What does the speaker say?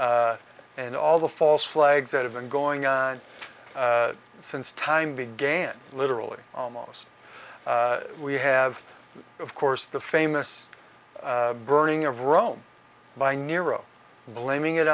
and all the false flags that have been going on since time began literally almost we have of course the famous burning of rome by narrow blaming it